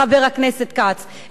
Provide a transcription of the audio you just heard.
חבר הכנסת כץ,